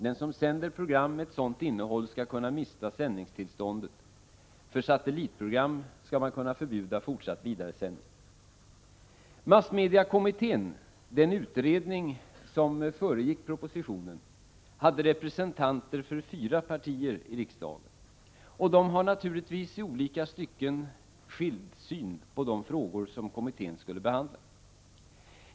Den som sänder program med ett sådant innehåll skall kunna mista sändningstillståndet. För satellitprogram skall man kunna förbjuda fortsatt vidaresändning. Massmediekommittén, den utredning som föregick propositionen, hade representanter för fyra partier i riksdagen. De hade naturligtvis i olika stycken skild syn på de frågor som kommittén skulle behandla.